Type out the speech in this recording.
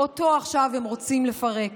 אותו עכשיו הם רוצים לפרק.